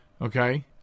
Okay